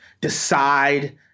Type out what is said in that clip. decide